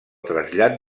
trasllat